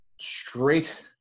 straight